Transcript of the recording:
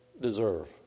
deserve